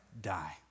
Die